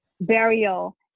burial